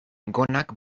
gonak